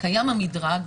קיים המדרג,